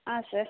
ಹಾಂ ಸರ್